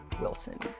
Wilson